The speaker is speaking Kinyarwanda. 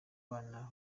bana